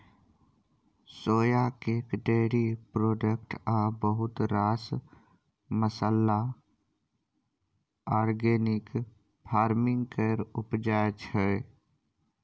सोया cake, dairy product आ बहुत रास मसल्ला आर्गेनिक फार्मिंग केर उपजा छै